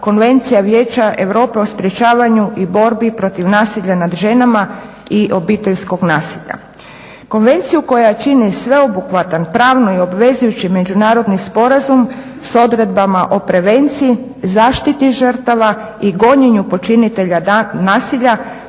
Konvencija Vijeća Europe o sprječavanju i borbi protiv nasilja nad ženama i obiteljskog nasilja. Konvenciju koja čini sveobuhvatan pravno i obvezujući međunarodni sporazum s odredbama o prevenciji, zaštiti žrtava i gonjenju počinitelja nasilja